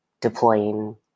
deploying